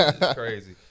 Crazy